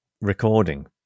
recording